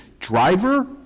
driver